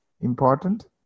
important